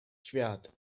świat